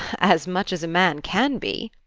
as much as a man can be.